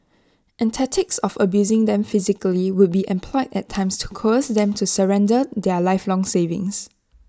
and tactics of abusing them physically would be employed at times to coerce them to surrender their lifelong savings